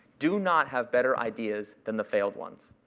do not, have better ideas than the failed ones.